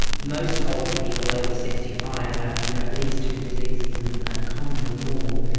most older people over sixty five have you know at least two diseases, and and commonly more,